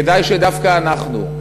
כדאי שדווקא אנחנו,